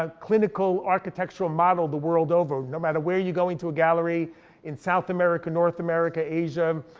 ah clinical, architectural model the world over. no matter where you go into a gallery in south america, north america, asia,